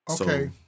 Okay